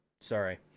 Sorry